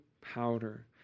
powder